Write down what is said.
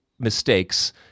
mistakes